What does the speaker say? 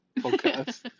podcast